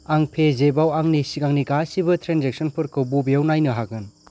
आं पेजेफआव आंनि सिगांनि गासिबो ट्रेनजेकसनफोरखौ बबेआव नायनो हागोन